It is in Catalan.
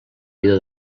vida